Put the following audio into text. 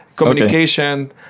Communication